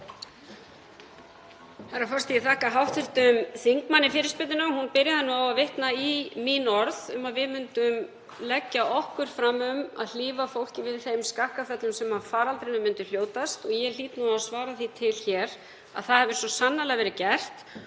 Herra forseti. Ég þakka hv. þingmanni fyrirspurnina. Hún byrjaði á að vitna í mín orð um að við myndum leggja okkur fram um að hlífa fólki við þeim skakkaföllum sem af faraldrinum myndu hljótast og ég hlýt að svara því til hér að það hefur svo sannarlega verið gert.